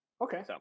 Okay